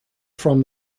from